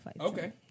okay